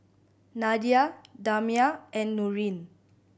Nadia Damia and Nurin